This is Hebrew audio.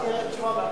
תשובת שר?